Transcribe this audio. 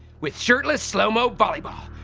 with shirtless slow mo volleyball.